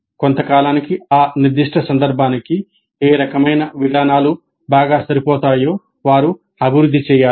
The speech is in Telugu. కొంత కాలానికి ఆ నిర్దిష్ట సందర్భానికి ఏ రకమైన విధానాలు బాగా సరిపోతాయో వారు అభివృద్ధి చేయాలి